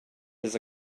his